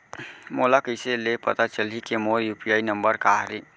मोला कइसे ले पता चलही के मोर यू.पी.आई नंबर का हरे?